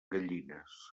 gallines